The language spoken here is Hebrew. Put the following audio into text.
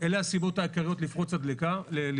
אלה הסיבות העיקריות לפרוץ השריפות.